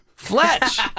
Fletch